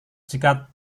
jika